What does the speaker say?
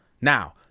Now